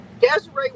Desiree